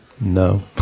No